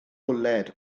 bwled